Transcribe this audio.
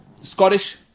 Scottish